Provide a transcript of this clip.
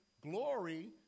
glory